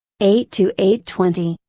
eight to eight twenty.